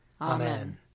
Amen